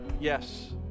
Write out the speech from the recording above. yes